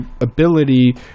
ability